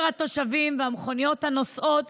מחבלים פלסטינים לעבר התושבים והמכוניות הנוסעות